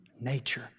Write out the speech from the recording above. nature